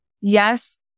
Yes